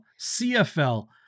cfl